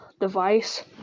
device